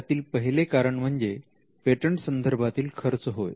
यातील पहिले कारण म्हणजे पेटंट संदर्भातील खर्च होय